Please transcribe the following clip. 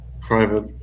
private